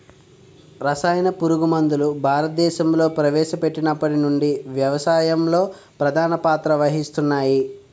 రసాయన పురుగుమందులు భారతదేశంలో ప్రవేశపెట్టినప్పటి నుండి వ్యవసాయంలో ప్రధాన పాత్ర వహిస్తున్నాయి